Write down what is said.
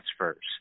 transfers